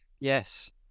Yes